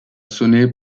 sonné